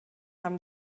haben